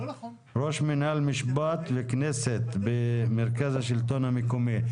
ראש מנהל משפט וכנסת במרכז השלטון המקומי.